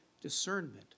discernment